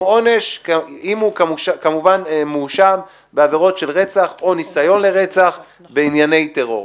עונש אם הוא מואשם בעבירות של רצח או ניסיון לרצח בענייני טרור.